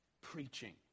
Preaching